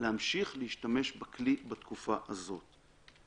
להמשיך ולהשתמש בכלי בתקופה הזו.